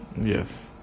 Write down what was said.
Yes